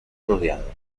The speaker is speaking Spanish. rodeado